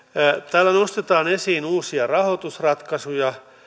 täällä nostetaan esiin uusia rahoitusratkaisuja